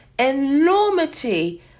enormity